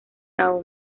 são